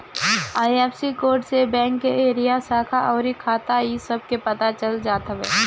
IFSC code से bank के area, शाखा अउरी खाता इ सब के पता चल जात हवे